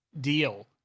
deal